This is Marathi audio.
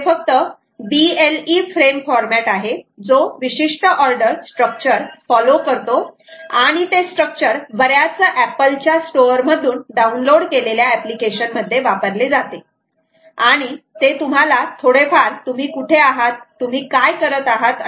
इथे फक्त BLE फ्रेम फॉरमॅट आहे जो विशिष्ट ऑर्डर स्ट्रक्चर फॉलो करतो आणि ते स्ट्रक्चर बऱ्याच एपल च्या स्टोअर मधून डाऊनलोड केलेल्या एप्लीकेशन मध्ये वापरले जाते आणि ते तुम्हाला थोडेफार तुम्ही कुठे आहात तुम्ही काय करत आहात